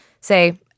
say